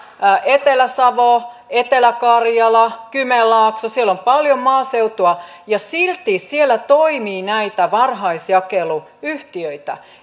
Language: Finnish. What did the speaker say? etelä savo etelä karjala kymenlaakso siellä on paljon maaseutua ja silti siellä toimii varhaisjakeluyhtiöitä